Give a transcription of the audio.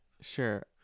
sure